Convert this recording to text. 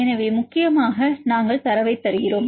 எனவே முக்கியமாக நாங்கள் தரவை தருகிறோம்